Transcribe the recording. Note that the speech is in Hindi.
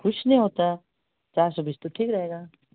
कुछ नहीं होता चार सौ बीस तो ठीक रहेगा